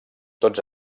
tots